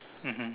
mmhmm